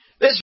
this-